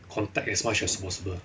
contact as much as possible